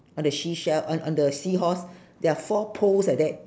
on the seashell on on the seahorse there are four poles like that